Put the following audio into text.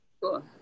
Cool